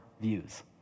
views